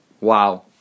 wow